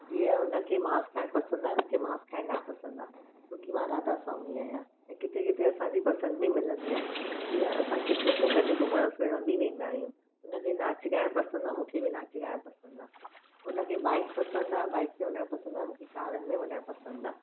जीअं उन खे मांस खाइणु पसंदि आहे मूंखे मांस खाइण न पसंदि आहे छोकी मां राधास्वामी आहियां ऐं किथे किथे असांजी पसंदि बि मिलंदी आहे जीअं असां छुटियुनि में गॾु घुमणु फिरण बि वेंदा आहियूं हुन खे नाच ॻाइणु पसंदि आहे मूंखे बि नाच ॻाइणु पसंद आहे उन खे बाइक पसंदि आहे बाइक ते वञणु पसंदि आहे मूंखे कारनि में वञणु पसंदि आहे